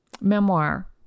memoir